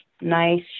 nice